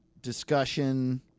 discussion